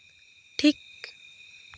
ᱴᱷᱤᱠ